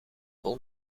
vol